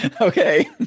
Okay